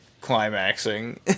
climaxing